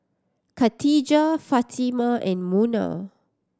Katijah Fatimah and Munah